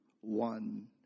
one